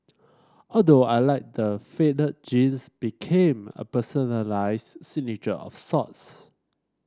although I liked the faded jeans became a personalised signature of sorts